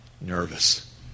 nervous